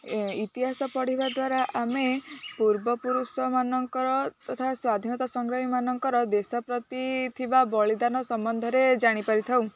ଇତିହାସ ପଢ଼ିବା ଦ୍ୱାରା ଆମେ ପୂର୍ବପୁରୁଷମାନଙ୍କର ତଥା ସ୍ଵାଧୀନତା ସଂଗ୍ରାମୀମାନଙ୍କର ଦେଶ ପ୍ରତି ଥିବା ବଳିଦାନ ସମ୍ବନ୍ଧରେ ଜାଣିପାରି ଥାଉ